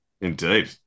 Indeed